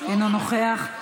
אינו נוכח,